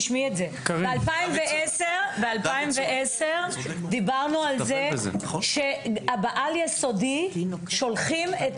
ב-2010 דיברנו על זה שבעל-יסודי שולחים,